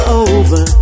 over